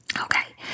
Okay